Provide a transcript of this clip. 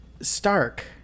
Stark